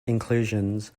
inclusions